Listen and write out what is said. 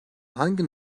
hangi